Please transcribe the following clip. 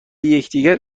یکدیگر